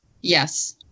Yes